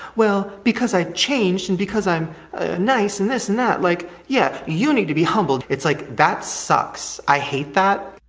well, because i've changed and because i'm nice and this and that, like, yeah, you need to be humbled it's, like, that sucks, i hate that.